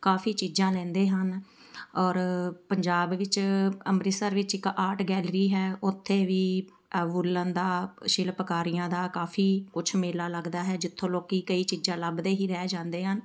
ਕਾਫ਼ੀ ਚੀਜ਼ਾਂ ਲੈਂਦੇ ਹਨ ਔਰ ਪੰਜਾਬ ਵਿੱਚ ਅੰਮ੍ਰਿਤਸਰ ਵਿੱਚ ਇੱਕ ਆਰਟ ਗੈਲਰੀ ਹੈ ਉੱਥੇ ਵੀ ਵੁਲਨ ਦਾ ਸ਼ਿਲਪਕਾਰੀਆਂ ਦਾ ਕਾਫ਼ੀ ਕੁਛ ਮੇਲਾ ਲੱਗਦਾ ਹੈ ਜਿੱਥੋਂ ਲੋਕ ਕਈ ਚੀਜ਼ਾਂ ਲੱਭਦੇ ਹੀ ਰਹਿ ਜਾਂਦੇ ਹਨ